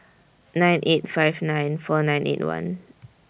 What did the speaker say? nine eight five nine four nine eight one